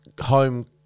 home